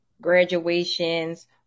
graduations